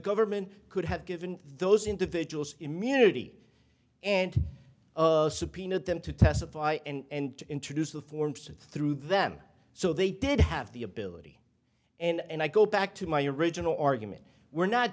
government could have given those individuals immunity and of subpoenaed them to testify and introduce the forms to through them so they did have the ability and i go back to my original argument we're not